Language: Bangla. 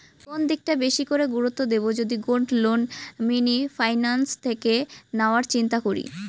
কোন দিকটা বেশি করে গুরুত্ব দেব যদি গোল্ড লোন মিনি ফাইন্যান্স থেকে নেওয়ার চিন্তা করি?